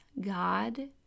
God